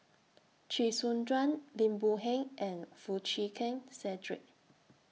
Chee Soon Juan Lim Boon Heng and Foo Chee Keng Cedric